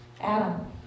Adam